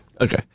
Okay